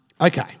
Okay